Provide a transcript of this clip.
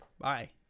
Bye